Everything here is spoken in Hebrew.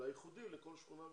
אלא ייחודי לכל שכונה ושכונה.